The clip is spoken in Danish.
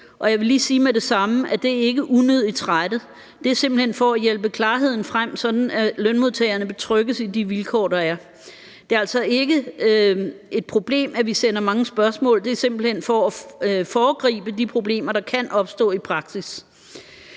Det er simpelt hen for at hjælpe klarheden frem, sådan at lønmodtagerne betrygges i de vilkår, der er. Det er altså ikke et problem, at vi sender mange spørgsmål. Det er simpelt hen for at foregribe de problemer, der kan opstå i praksis.